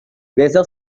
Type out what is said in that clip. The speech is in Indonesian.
besok